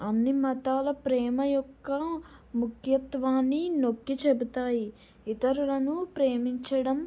అన్ని మతాల ప్రేమ యొక్క ముఖ్యత్వాన్ని నొక్కి చెబుతాయి ఇతరులను ప్రేమించడం